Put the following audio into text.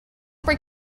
break